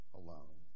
alone